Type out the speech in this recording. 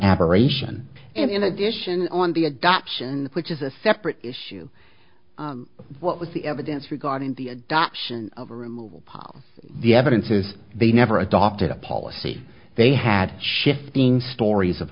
aberration and in addition on the adoption which is a separate issue what was the evidence regarding the option the evidence is they never adopted a policy they had shifting stories of